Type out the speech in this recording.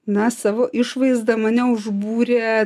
na savo išvaizda mane užbūrė